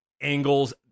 angles